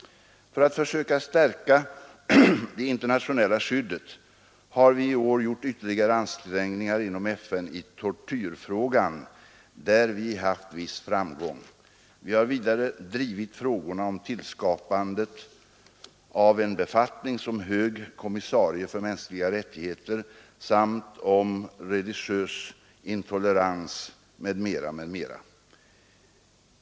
För att försöka stärka det internationella skyddet har vi i år gjort ytterligare ansträngningar inom FN i tortyrfrågan, där vi haft viss framgång. Vi har vidare drivit frågorna om skapandet av en befattning som hög kommissarie för mänskliga rättigheter samt om religiös intolerans, m.m.